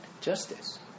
justice